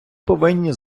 повинні